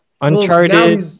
Uncharted